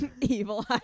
Evil